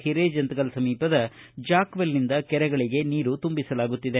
ಹಿರೆಜಂತಕಲ್ ಸಮೀಪದ ಜಾಕ್ವೆಲ್ನಿಂದ ಕೆರೆಗಳಿಗೆ ನೀರು ತುಂಬಿಸಲಾಗುತ್ತಿದೆ